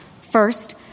First